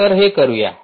तर हे करूया